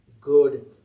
good